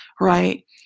right